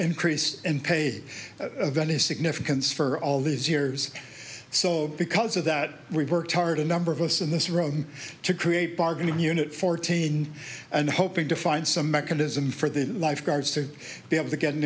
increase in paid venice significance for all these years so because of that we worked hard a number of us in this room to create bargaining unit fourteen and hoping to find some mechanism for the lifeguards to be able to get an